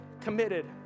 committed